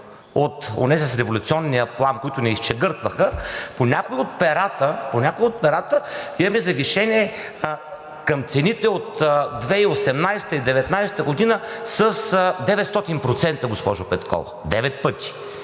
от онези с революционния плам, които ни изчегъртваха, по някои от перата имаме завишение към цените от 2018-а, 2019 г. с 900%, госпожо Петкова, девет